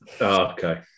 Okay